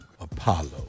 Apollo